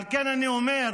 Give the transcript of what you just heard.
ועל כן אני אומר,